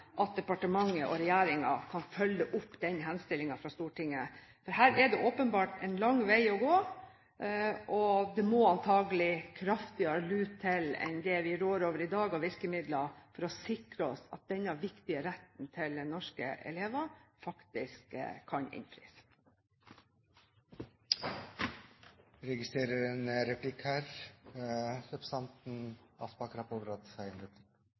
at departementet og regjeringen kan følge opp den henstillingen fra Stortinget. Her er det åpenbart en lang vei å gå, og det må antakelig kraftigere lut til enn det vi rår over i dag av virkemidler, for å sikre oss at denne viktige retten til norske elever faktisk kan innfris.